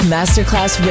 Masterclass